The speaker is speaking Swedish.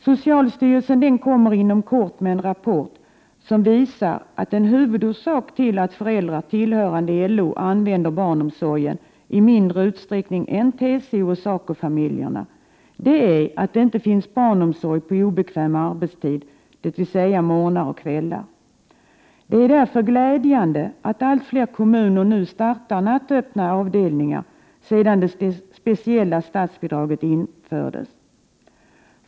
Socialstyrelsen kommer inom kort att presentera en rapport som visar att huvudorsaken till att föräldrar tillhörande LO använder barnomsorgen i mindre utsträckning än TCO och SACO-familjerna är att det inte finns barnomsorg på obekväm arbetstid, dvs. morgnar och kvällar. Det är därför glädjande att allt fler kommuner nu startar nattöppna avdelningar sedan det speciella statsbidraget infördes.